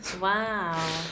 Wow